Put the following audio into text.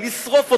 לשרוף אותו,